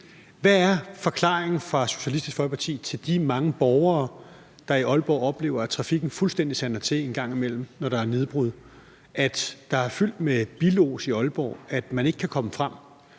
hvad er forklaringen fra Socialistisk Folkeparti til de mange borgere, der i Aalborg oplever, at trafikken fuldstændig sander til en gang imellem, når der er nedbrud, at der er fyldt med trafikos i Aalborg, og at man ikke kan komme frem?